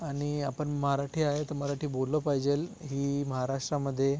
आणि आपण मराठी आहे तर मराठी बोललं पाहिजेल ही महाराष्ट्रामध्ये